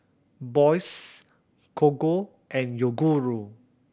Bose Gogo and Yoguru